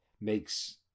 makes